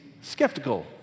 skeptical